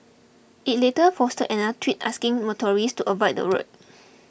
it later posted another tweet asking motorists to avoid the road